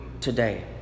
today